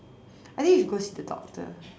I think you should go see the doctor